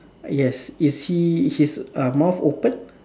yes is he his uh mouth open